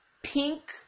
Pink